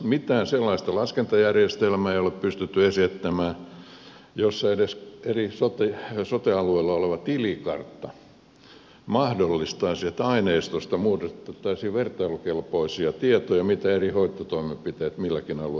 mitään sellaista laskentajärjestelmää ei ole pystytty esittämään jossa edes sote alueella oleva tilikartta mahdollistaisi sen että aineistosta muodostettaisiin vertailukelpoisia tietoja siitä mitä eri hoitotoimenpiteet milläkin alueella maksavat